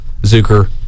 Zucker